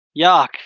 Yuck